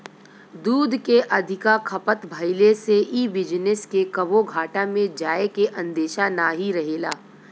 दूध के अधिका खपत भइले से इ बिजनेस के कबो घाटा में जाए के अंदेशा नाही रहेला